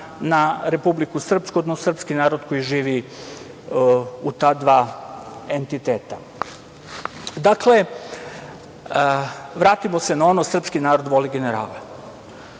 na Republiku Srpsku, odnosno srpski narod koji živi u ta dva entiteta. Dakle, vratimo se na ono da srpski narod voli generale.